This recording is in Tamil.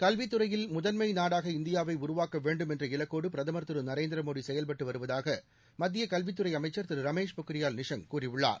கல்வித் துறையில் முதன்மை நாடாக இந்தியாவை உருவாக்க வேண்டும் என்ற இலக்கோடு பிரதமர் திரு நரேந்திர மோடி செயல்பட்டு வருவதாக மத்திய கல்வித்துறை அமைச்சா் திரு ரமேஷ் பொக்ரியால் நிஷாங் கூறியுள்ளார்